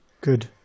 Good